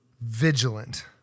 vigilant